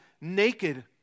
naked